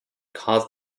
cause